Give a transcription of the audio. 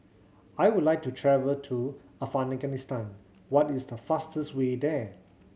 I would like to travel to Afghanistan what is the fastest way there